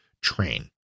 train